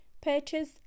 Purchase